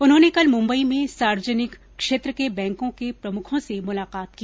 उन्होंने कल मुम्बई में सार्वजनिक क्षेत्र के बैंकों के प्रमुखों से मुलाकात की